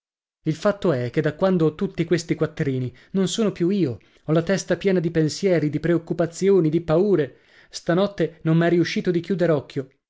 il fatto è che da quando ho tutti questi quattrini non sono più io ho la testa piena di pensieri di preoccupazioni di paure stanotte non m'è riuscito di chiuder occhio